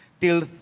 till